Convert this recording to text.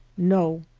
no,